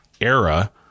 era